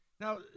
Now